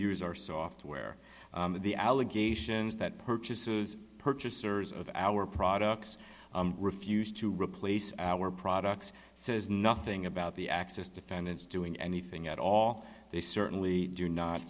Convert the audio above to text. use our software the allegations that purchase purchasers of our products refused to replace our products says nothing about the access defendants doing anything at all they